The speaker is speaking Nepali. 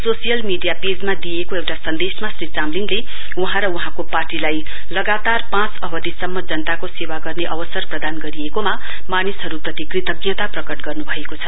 सोसियल मीडीया पेजमा दिइएको एउटा सन्देशमा श्री चामलिङले वहाँ र वहाँको पार्टीलाई लगातार पाँच अवधिसम्म जनताको सेवा गर्ने अवसर प्रदान गरेकोमा मानिसहरुप्रति कृतज्ञता प्रकट गर्नुभएको छ